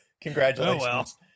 congratulations